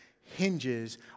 hinges